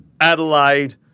Adelaide